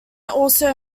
also